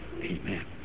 Amen